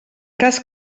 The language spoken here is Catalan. cas